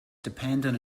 depended